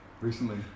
recently